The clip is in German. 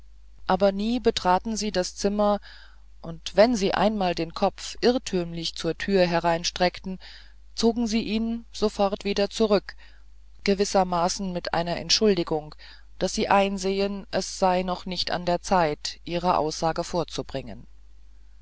aber nie betraten sie das zimmer und wenn eine einmal den kopf irrtümlich zur tür hereinstreckte zog sie ihn sofort wieder zurück gewissermaßen mit einer entschuldigung daß sie einsehe es sei noch nicht an der zeit ihre aussage vorzubringen